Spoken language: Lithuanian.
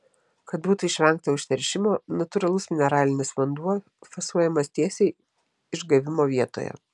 kad būtų išvengta užteršimo natūralus mineralinis vanduo fasuojamas tiesiai išgavimo vietoje